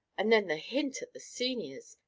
and then the hint at the seniors!